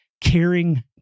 caring